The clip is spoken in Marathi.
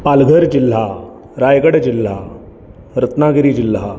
पालघर जिल्हा रायगड जिल्हा रत्नागिरी जिल्हा